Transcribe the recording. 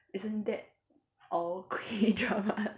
isn't that all K dramas